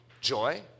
joy